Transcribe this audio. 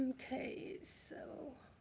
okay, so,